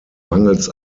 mangels